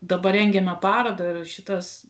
dabar rengiame parodą ir šitas